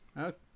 okay